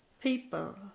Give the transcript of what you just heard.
people